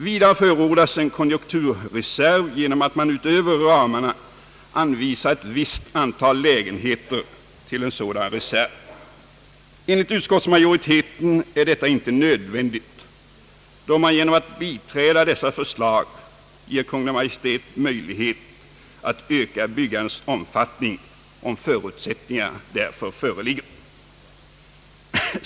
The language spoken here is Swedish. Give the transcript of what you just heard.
Vidare förordas en konjunkturreservy genom att man utöver ramarna anvisar ett visst antal lägenheter till en sådan reserv. Enligt utskottsmajoriteten är detta inte nödvändigt, då man genom att biträda dess förslag ger Kungl. Maj:t möjlighet att öka byggandets omfattning om förutsättningar föreligger.